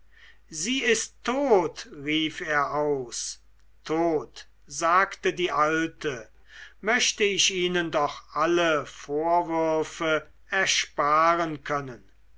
sie ist tot rief er aus tot sagte die alte möchte ich ihnen doch alle vorwürfe ersparen können